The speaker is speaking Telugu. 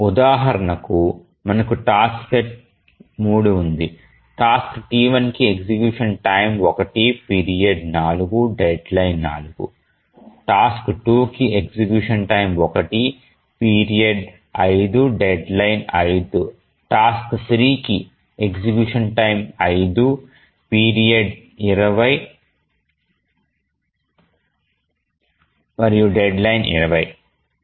ఉదాహరణకు మనకు టాస్క్ సెట్ 3 ఉంది టాస్క్ T1 కి execution time 1 period 4 deadline 4 task 2కి execution time 1 period 5 deadline 5 task 3కి ఎగ్జిక్యూషన్ టైమ్ 5 పీరియడ్ 20 మరియు డెడ్లైన్ 20